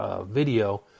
Video